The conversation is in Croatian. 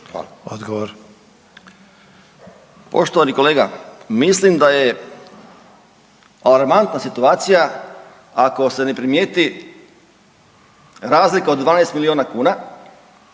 Željko (Nezavisni)** Mislim da je alarmantna situacija ako se na primijeti razlika od 12 miliona kuna,